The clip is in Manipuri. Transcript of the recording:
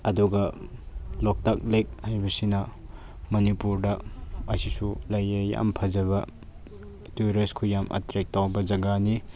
ꯑꯗꯨꯒ ꯂꯣꯛꯇꯥꯛ ꯂꯦꯛ ꯍꯥꯏꯕꯁꯤꯅ ꯃꯅꯤꯄꯨꯔꯗ ꯑꯁꯤꯁꯨ ꯂꯩꯌꯦ ꯌꯥꯝ ꯐꯖꯕ ꯇ꯭ꯌꯨꯔꯤꯁꯄꯨ ꯌꯥꯝ ꯑꯇ꯭ꯔꯦꯛ ꯇꯧꯕ ꯖꯒꯥꯅꯤ